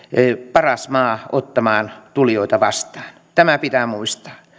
paras maa ottamaan tulijoita vastaan tämä pitää muistaa